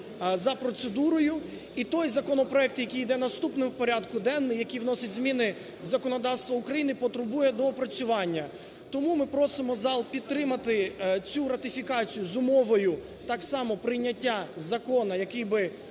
за процедурою, і той законопроект, який йде наступним в порядку денному, який вносить зміни з законодавство України, потребує доопрацювання. Тому ми просимо зал підтримати цю ратифікацію з умовою так само прийняття закону, який би